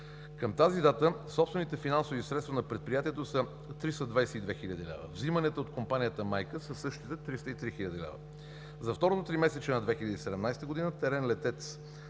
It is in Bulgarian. Към тази дата собствените финансови средства на предприятието са 322 хил. лв. Взиманията от компанията майка са същите – 303 хил. лв. За второто тримесечие на 2017 г. „ТЕРЕМ – Летец“